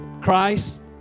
Christ